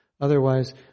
Otherwise